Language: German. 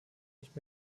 nicht